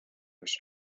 was